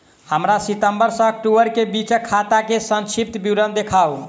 हमरा सितम्बर सँ अक्टूबर केँ बीचक खाता केँ संक्षिप्त विवरण देखाऊ?